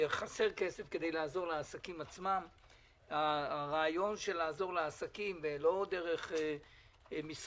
שחסר כסף כדי לעזור לעסקים עצמם; הרעיון של לעזור לעסקים לא דרך משרדים,